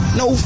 no